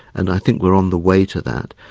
and i think we're on the way to that.